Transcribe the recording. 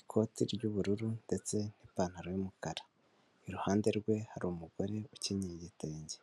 ikoti ry'ubururu ndetse n'ipantaro y'umukara, iruhande rwe hari umugore ukenyeye igitenge.